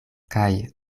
kaj